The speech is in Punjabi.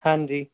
ਹਾਂਜੀ